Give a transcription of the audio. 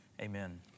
Amen